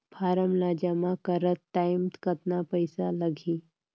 Form ला जमा करत टाइम कतना पइसा लगही?